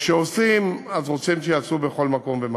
כשעושים, רוצים שיעשו בכל מקום ומקום.